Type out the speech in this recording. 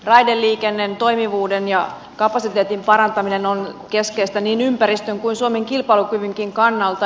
raideliikenteen toimivuuden ja kapasiteetin parantaminen on keskeistä niin ympäristön kuin suomen kilpailukyvynkin kannalta